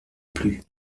plus